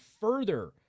further